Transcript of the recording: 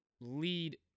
lead